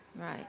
right